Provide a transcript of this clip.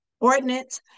Ordinance